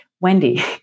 Wendy